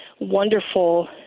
wonderful